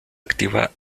activa